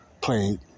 played